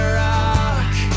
rock